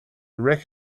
wreck